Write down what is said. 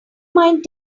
mind